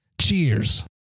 cheers